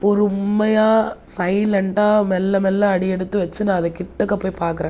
பொறுமையாக சைலெண்டாக மெல்ல மெல்ல அடியெடுத்து வெச்சு நான் அது கிட்டக்க போய் பார்க்குறேன்